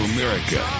America